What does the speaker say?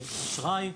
אשראי.